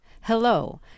Hello